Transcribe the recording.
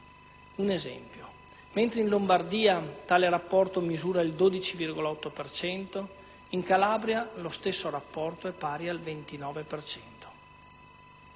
ad esempio, mentre in Lombardia tale rapporto misura il 12,8 per cento, in Calabria lo stesso rapporto è pari al 29